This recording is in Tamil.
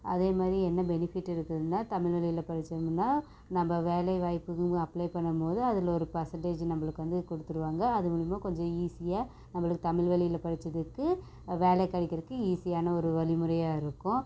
அதே மாதிரி என்ன பெனிஃபிட் இருக்குதுன்னா தமிழ் நிலையில் படிச்சோம்னால் நம்ம வேலைவாய்ப்புக்குங்கும் அப்ளே பண்ணும் போது அதில் ஒரு பெர்செண்டேஜ் நம்மளுக்கு வந்து கொடுத்துடுவாங்க அது மூலியமாக கொஞ்சம் ஈஸியாக நம்மளுக்கு தமிழ் வழியில் படிச்சதுக்கு வேலை கிடைக்கிறக்கு ஈஸியான ஒரு வழிமுறையாக இருக்கும்